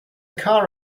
car